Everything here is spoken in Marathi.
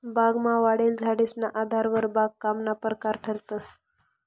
बागमा वाढेल झाडेसना आधारवर बागकामना परकार ठरतंस